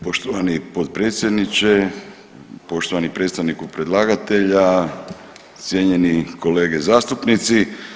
Poštovani potpredsjedniče, poštovani predstavniku predlagatelja, cijenjeni kolege zastupnici.